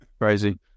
Crazy